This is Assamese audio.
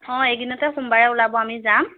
অঁ এইকেইদিনতে সোমবাৰে ওলাব আমি যাম